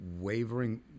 wavering